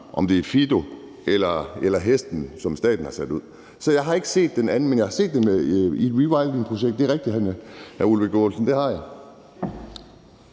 om det er Fido eller hesten, som staten har sat ud. Så jeg har ikke set dem i en naturnationalpark, men jeg har set dem i et rewilding-projekt. Det er rigtigt, hr. Ole Birk Olesen, det har jeg.